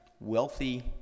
wealthy